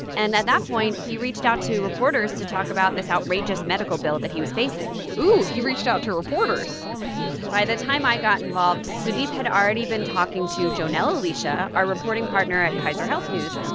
and at that point, he reached out to reporters to talk about this outrageous medical bill that he was facing ooh, he reached out to reporters by the time i got involved, sudeep had already been talking to jonel aleccia, our reporting partner at kaiser health news.